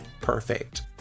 perfect